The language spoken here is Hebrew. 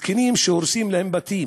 זקנים שהורסים להם בתים.